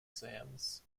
exams